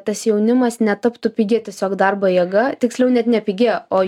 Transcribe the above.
tas jaunimas netaptų pigi tiesiog darbo jėga tiksliau net ne pigia o